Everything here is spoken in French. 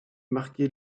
marquer